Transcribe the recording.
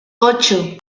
ocho